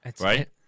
right